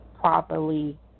properly